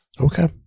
Okay